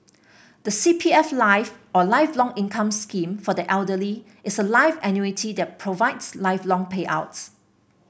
the C P F Life or Lifelong Income Scheme for the Elderly is a life annuity that provides lifelong payouts